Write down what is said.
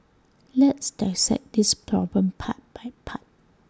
let's dissect this problem part by part